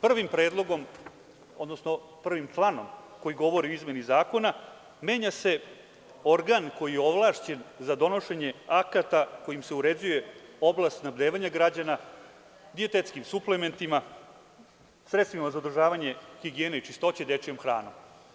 Prvim članom koji govori o izmeni zakona menja se organ koji je ovlašćen za donošenje akata kojim se uređuje oblast snabdevanja građana dijetetskim suplementima, sredstvima za održavanje higijene i čistoće, dečjom hranom.